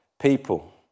people